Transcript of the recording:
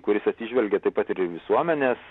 kuris atsižvelgia taip pat ir į visuomenės